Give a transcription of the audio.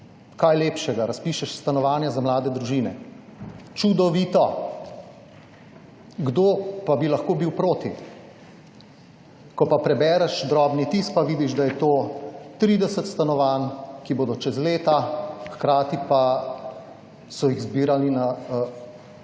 kaj lepšega, razpišeš stanovanja za mlade družine. Čudovito. Kdo pa bi lahko bil proti? Ko pa prebereš drobni tisk, pa vidiš, da je to 30 stanovanj, ki bodo čez leta, hkrati pa, da so zbirali